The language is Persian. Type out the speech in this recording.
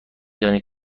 دانید